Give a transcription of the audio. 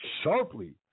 sharply